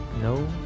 No